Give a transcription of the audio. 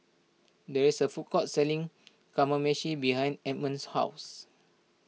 there is a food court selling Kamameshi behind Edmund's house